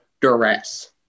duress